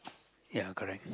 ya correct